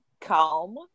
calm